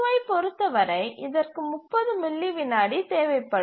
T2ஐப் பொறுத்தவரை இதற்கு 30 மில்லி விநாடி தேவைப்படும்